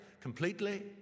completely